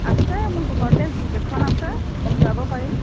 আছে মোৰ ঘৰতে জিপ এখন আছে ঘূৰাব পাৰিম